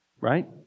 right